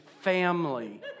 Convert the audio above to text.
family